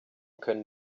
können